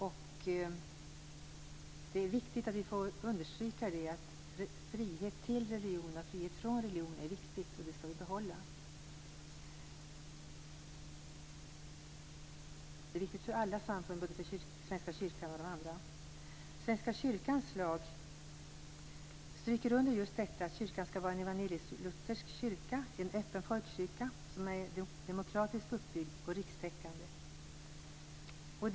Frihet till religion och från religion är viktigt, och det skall vi behålla. Det är viktigt för alla samfund, både Svenska kyrkan och de andra. Svenska kyrkans lag understryker att det skall vara en evangelisk luthersk kyrka, en öppen folkkyrka som är demokratiskt uppbyggd och rikstäckande.